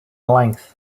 length